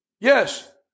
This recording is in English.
Yes